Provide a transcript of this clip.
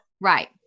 Right